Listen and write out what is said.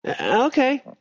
Okay